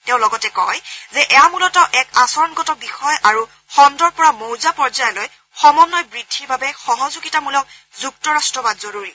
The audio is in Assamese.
তেওঁ লগতে কয় যে এয়া মূলতঃ এক আচৰণগত বিষয় আৰু খণ্ডৰ পৰা মৌজা পৰ্যায়লৈ সমন্নয় বদ্ধিৰ বাবে সহযোগিতামূলক যুক্তৰাট্টবাদ জৰুৰী